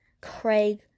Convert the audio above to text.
Craig